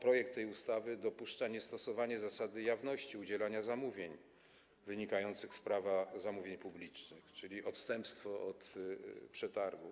projekt tej ustawy dopuszcza niestosowanie zasady jawności udzielania zamówień wynikających z Prawa zamówień publicznych, czyli chodzi o odstępstwo od przetargów.